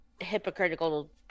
hypocritical